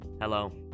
Hello